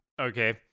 okay